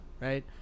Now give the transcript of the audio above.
right